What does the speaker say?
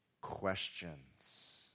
questions